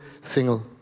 single